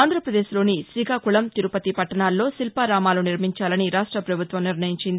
ఆంధ్రప్రదేశ్లోని శ్రీకాకుళం తిరుపతి పట్టణాల్లో శిల్పారామాలు నిర్మించాలని రాష్ట ప్రభుత్వం నిర్ణయించింది